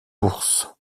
ours